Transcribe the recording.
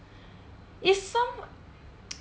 it's some